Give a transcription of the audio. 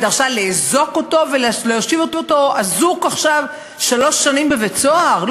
היא דרשה לאזוק אותו ולהושיב אותו אזוק עכשיו שלוש שנים בבית-סוהר?